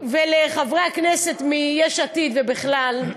ולחברי הכנסת מיש עתיד, ובכלל,